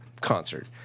concert